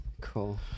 cool